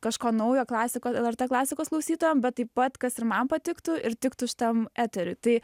kažko naujo klasiko lrt klasikos klausytojam bet taip pat kas ir man patiktų ir tiktų šitam eteriui tai